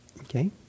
Okay